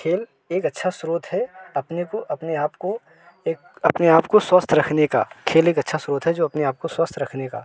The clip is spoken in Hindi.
खेल एक अच्छा स्रोत है अपने को अपने आप को एक अपने आपको स्वस्थ रखने का खेल एक अच्छा स्रोत है जो अपने आप को स्वस्थ रखने का